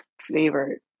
favorite